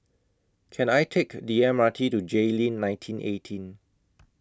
Can I Take The M R T to Jayleen nineteen eighteen